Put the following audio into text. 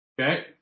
Okay